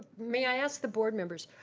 may i ask the board members.